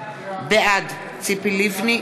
בעד ז'קי לוי,